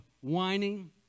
whining